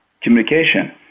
communication